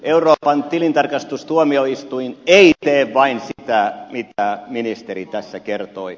euroopan tilintarkastustuomioistuin ei tee vain sitä mitä ministeri tässä kertoi